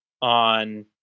on